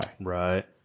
Right